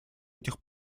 этих